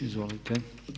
Izvolite.